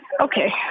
Okay